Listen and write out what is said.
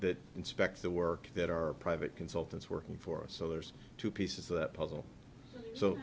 that inspect the work that our private consultants working for so there's two pieces that puzzle so